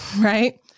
right